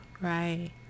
Right